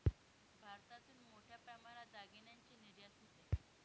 भारतातून मोठ्या प्रमाणात दागिन्यांची निर्यात होते